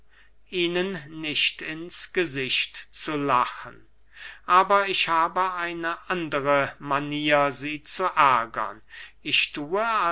ihnen nicht ins gesicht zu lachen aber ich habe eine andere manier sie zu ärgern ich thue